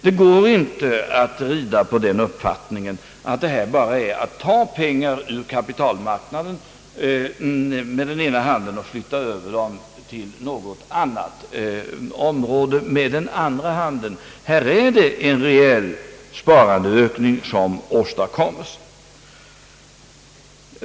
Det går inte att rida på den uppfattningen, att detta bara är att med ena handen ta pengar från kapitalmarknaden och med andra handen flytta över dem till något annat område. Här är det en reell sparandeökning som åstadkoms.